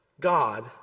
God